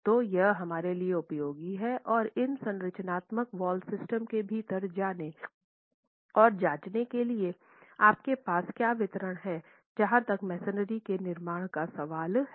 तो यह हमारे लिए उपयोगी है और इन संरचनात्मक वाल सिस्टम के भीतर जाने और जांचने के लिए आपके पास क्या वितरण है जहां तक मैसनरी के निर्माण का सवाल है